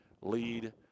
lead